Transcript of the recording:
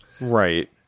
Right